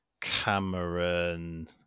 Cameron